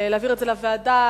להעביר את זה לוועדה?